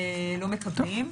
לא מקבלים.